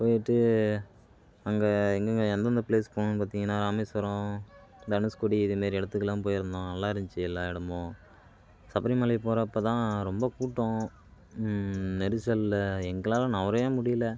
போயிட்டு அங்கே எங்கேங்க எந்தெந்த ப்ளேஸ்க்கு போனோம் பார்த்தீங்கன்னா ராமேஸ்வரம் தனுஷ்கோடி இது மாரி இடத்துக்கலாம் போயிருந்தோம் நல்லா இருந்துச்சு எல்லா இடமும் சபரிமலைக்கு போகிறப்ப தான் ரொம்ப கூட்டம் நெரிசலில் எங்களால் நகரவே முடியலை